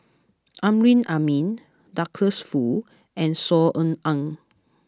Amrin Amin Douglas Foo and Saw Ean Ang